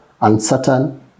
uncertain